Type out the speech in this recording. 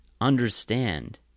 understand